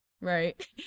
Right